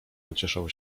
pocieszał